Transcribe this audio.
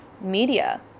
media